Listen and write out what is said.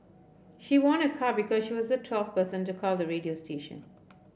she won a car because she was the twelfth person to call the radio station